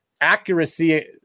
accuracy